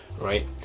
right